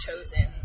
chosen